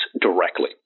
directly